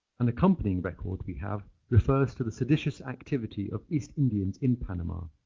an accompanying record we have refers to the seditious activity of east indians in panama,